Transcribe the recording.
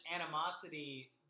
animosity